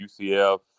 UCF